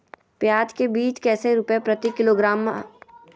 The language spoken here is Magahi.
प्याज के बीज कैसे रुपए प्रति किलोग्राम हमिलता हैं?